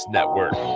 Network